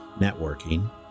networking